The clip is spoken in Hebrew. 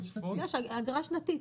אגרה שנתית.